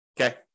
Okay